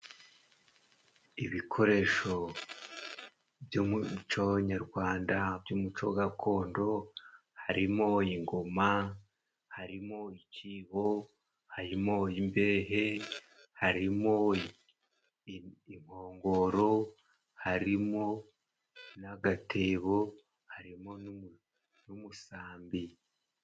Ibikoresho by'umuco nyarwanda, by'umuco gakondo, harimo ingoma, harimo ikibo, harimo imbehe, harimo inkongoro, harimo n'agatebo, harimo n'umusambi.